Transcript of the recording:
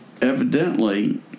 Evidently